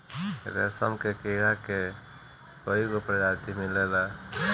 रेशम के कीड़ा के कईगो प्रजाति मिलेला